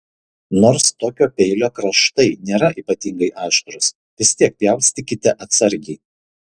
nors tokio peilio kraštai nėra ypatingai aštrūs vis tiek pjaustykite atsargiai